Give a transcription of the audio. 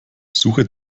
suche